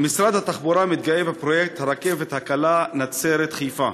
משרד התחבורה מתגאה בפרויקט הרכבת הקלה נצרת חיפה,